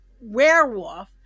werewolf